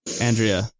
Andrea